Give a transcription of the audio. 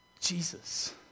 Jesus